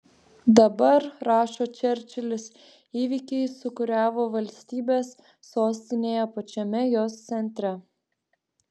dabar rašo čerčilis įvykiai sūkuriavo valstybės sostinėje pačiame jos centre